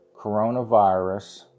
coronavirus